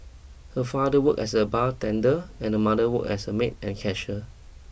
her father worked as a bartender and her mother worked as a maid and cashier